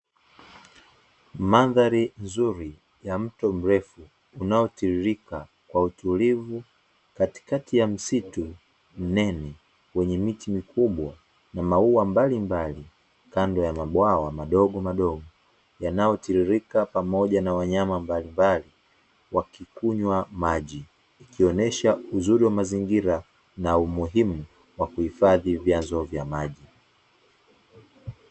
Mandhari nzuri ya mto mrefu unaotililika kwa utulivu katikati ya msitu mnene wenye miti mikubwa na maua mbalimbali kando ya mabwawa madogo madogo, yanayotililika pamoja na wanyama mbalimbali wakinywa maji ikionyesha uzuri wa mazingira na umuhimu wa kuhifadhi vyazo vya maji.